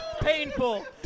painful